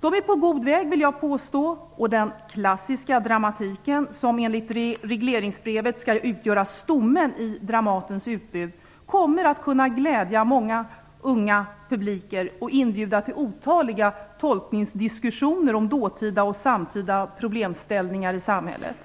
Man är på god väg, vill jag påstå. Den klassiska dramatiken, som enligt regleringsbrevet skall utgöra stommen i Dramatens utbud, kommer att kunna glädja många unga publiker och inbjuda till otaliga tolkningsdiskussioner om dåtida och samtida problemställningar i samhället.